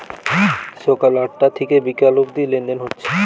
সকাল আটটা থিকে বিকাল অব্দি লেনদেন হচ্ছে